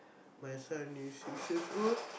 my son is six years old